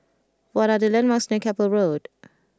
what are the landmarks near Keppel Road